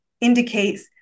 indicates